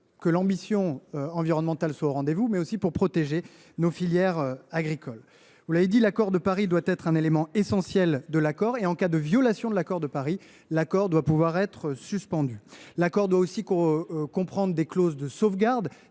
que l’ambition environnementale soit au rendez vous, mais aussi pour protéger nos filières agricoles. Vous l’avez dit, l’accord de Paris doit être un élément essentiel de l’accord avec le Mercosur. En cas de violation du premier, le second doit pouvoir être suspendu. Il doit aussi comprendre des clauses de sauvegarde